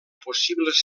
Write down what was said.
possibles